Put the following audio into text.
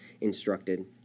instructed